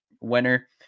winner